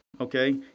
Okay